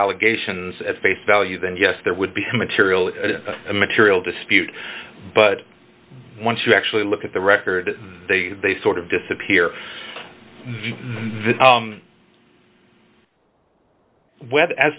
allegations at face value then yes there would be a material a material dispute but once you actually look at the record they they sort of disappear